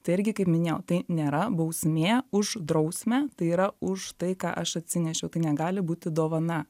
tai irgi kaip minėjau tai nėra bausmė už drausmę tai yra už tai ką aš atsinešiau tai negali būti dovana